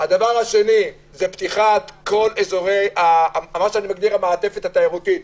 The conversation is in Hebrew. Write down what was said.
דבר שני זה פתיחת כל אזורי המעטפת התיירותית.